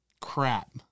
crap